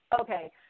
Okay